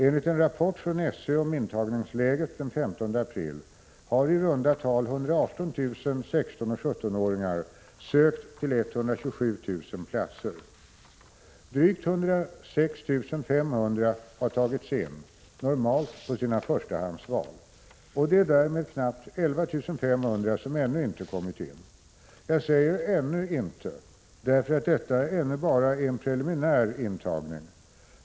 Enligt en rapport från SÖ om intagningsläget den 15 april har i runda tal 118 000 ungdomar i åldern 16—17 år sökt till 127 000 platser. Drygt 106 500 har tagits in, normalt på sina förstahandsval, och det är därmed knappt 11 500 som ännu inte kommit in. Jag säger ”ännu inte”, därför att detta ännu bara är en preliminär intagning.